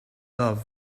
love